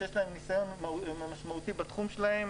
שיש שלהם ניסיון משמעותי בתחום שלהם,